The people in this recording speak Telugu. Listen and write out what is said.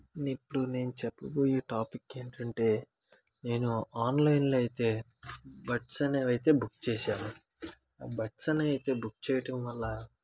ఇప్పుడు నేను చెప్పబోయే టాపిక్ ఏమిటంటే నేను ఆన్లైన్లో అయితే బడ్స్ అనేవైతే బుక్ చేశాను బడ్స్ అనేవి అయితే బుక్ చేయటం వల్ల